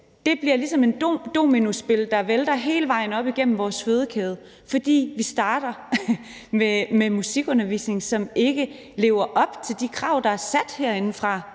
det bliver ligesom et dominospil, der får det til at vælte hele vejen op igennem vores fødekæde, fordi vi starter med musikundervisning, som ikke lever op til de krav, der er sat herindefra,